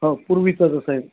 हो पूर्वीचा जसा आहे